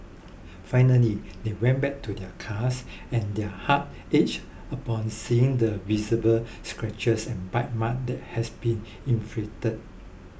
finally they went back to their cars and their hearts ached upon seeing the visible scratches and bite marks that has been inflicted